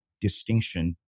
distinction